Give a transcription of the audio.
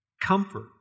comfort